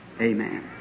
amen